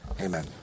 amen